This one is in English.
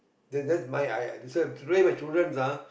that's that's my I I that's why three of my childrens ah